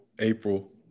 April